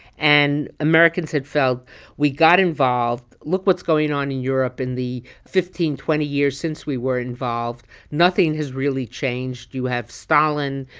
and americans had felt we got involved, look what's going on in europe in the fifteen, twenty years since we were involved. nothing has really changed. you have stalin,